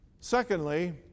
Secondly